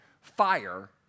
fire